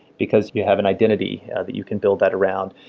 because you have an identity that you can build that around.